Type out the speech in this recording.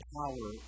power